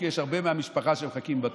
כי יש הרבה מהמשפחה שמחכים בתור.